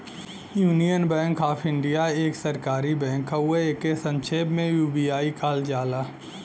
union bank of India एक सरकारी bank हउवे एके संक्षेप में यू.बी.आई कहल जाला